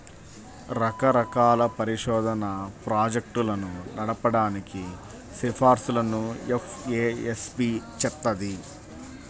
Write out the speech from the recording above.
రకరకాల పరిశోధనా ప్రాజెక్టులను నడపడానికి సిఫార్సులను ఎఫ్ఏఎస్బి చేత్తది